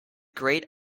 great